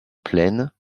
pleine